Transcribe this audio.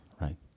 right